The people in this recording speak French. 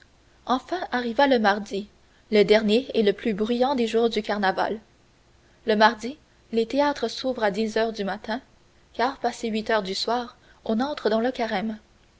enfin arriva le mardi le dernier et le plus bruyant des jours du carnaval le mardi les théâtres s'ouvrent à dix heures du matin car passé huit heures du soir on entre dans le carême